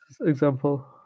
example